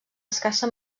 escassa